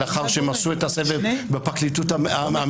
לאחר שהם עשו את הסבב בפרקליטות המדינה,